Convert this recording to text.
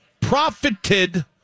profited